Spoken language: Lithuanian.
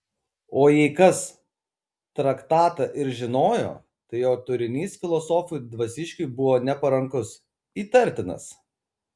o jei kas traktatą ir žinojo tai jo turinys filosofui dvasiškiui buvo neparankus įtartinas